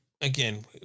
again